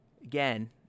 Again